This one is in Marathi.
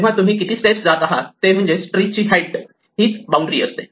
तेव्हा तुम्ही किती स्टेप्स जात आहात ते म्हणजेच ट्री ची हाईट हीच बाउंड्री असते